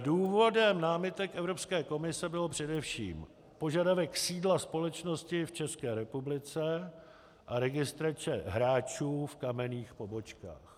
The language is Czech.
Důvodem námitek Evropské komise byl především požadavek sídla společnosti v České republice a registrace hráčů v kamenných pobočkách.